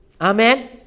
Amen